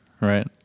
Right